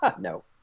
No